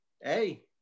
hey